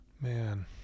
man